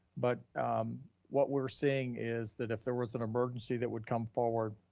but what we're seeing is that if there was an emergency that would come forward,